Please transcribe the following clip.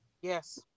Yes